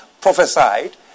prophesied